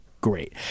great